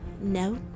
No